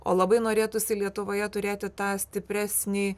o labai norėtųsi lietuvoje turėti tą stipresnį